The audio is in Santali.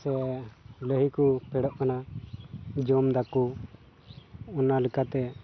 ᱥᱮ ᱞᱟᱹᱦᱤ ᱠᱚ ᱯᱮᱰᱚᱜ ᱠᱟᱱᱟ ᱡᱚᱢ ᱫᱟᱠᱚ ᱚᱱᱟ ᱞᱮᱠᱟᱛᱮ